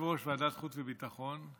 יושב-ראש ועדת החוץ והביטחון.